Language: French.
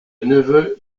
neveu